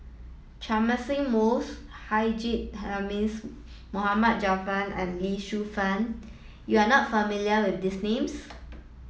Catchick Moses Haji Namazie Mohd Javad and Lee Shu Fen you are not familiar with these names